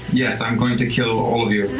yes, i'm going to kill all of you.